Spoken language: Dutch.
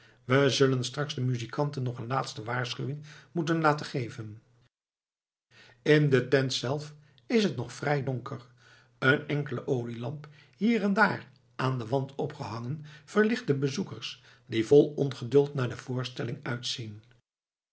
we zullen straks de muzikanten nog een laatste waarschuwing moeten laten geven in de tent zelf is het nog vrij donker een enkele olielamp hier en daar aan den wand opgehangen verlicht de bezoekers die vol ongeduld naar de voorstelling uitzien